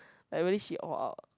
like very she all out